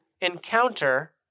encounter